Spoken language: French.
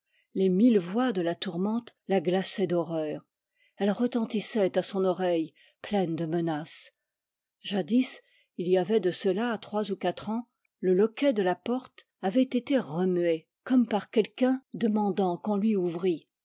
les mille voix de la tourmente la glaçaient d'horreur elles retentissaient à son oreille pleines de menaces jadis il y avait de cela trois ou quatre ans le loquet de la porte avait été remué comme par quelqu'un demandant qu'on lui ouvrît